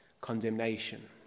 condemnation